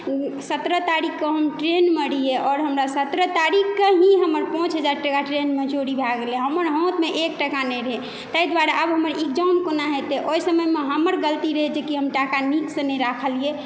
सतरह तारीखके हम ट्रेनमे रहियै आओर हमरा सतरह तारीखके ही हमर पाँच हजार टका ट्रेनमे चोरी भय गेलै हमर हाथमे एक टका नहि रहै ताहि दुआरे आब हमर एग्जाम कोना हेतै ओहि समयमे हमर गलती रहै जे हम टाका नीकसँ नहि राखलियै